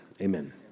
amen